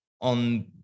on